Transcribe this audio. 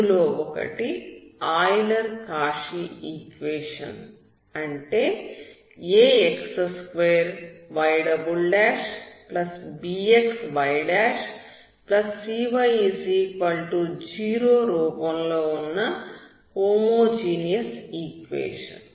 అందులో ఒకటి Euler Cauchy equation అంటే ax2ybxycy0రూపంలో ఉన్నహోమోజీనియస్ ఈక్వేషన్